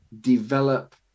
develop